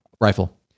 Rifle